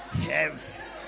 yes